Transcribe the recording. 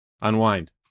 unwind